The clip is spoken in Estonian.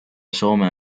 soome